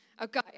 Okay